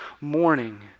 morning